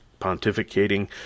pontificating